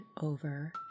over